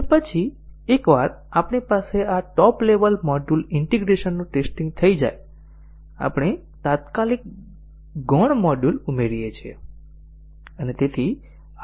અને પછી એકવાર આપણી પાસે આ ટોપ લેવલ મોડ્યુલ ઇન્ટિગ્રેશનનું ટેસ્ટિંગ થઈ જાય આપણે તાત્કાલિક ગૌણ મોડ્યુલ ઉમેરીએ છીએ અને તેથી આગળ જોઈએ